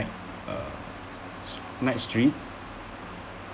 night uh night street